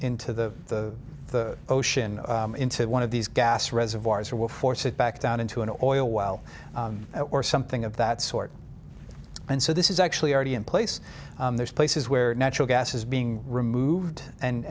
into the ocean into one of these gas reservoirs or will force it back down into an oil well or something of that sort and so this is actually already in place there's places where natural gas is being removed and